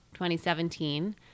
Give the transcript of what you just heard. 2017